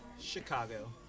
Chicago